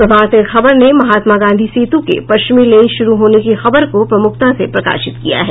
प्रभात खबर ने महात्मा गांधी सेतु के पश्चिमी लेन शुरू होने की खबर को प्रमुखता से प्रकाशित किया है